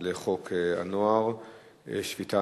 על חוק הנוער (שפיטה,